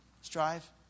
Strive